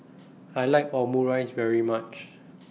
I like Omurice very much